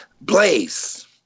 Blaze